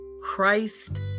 Christ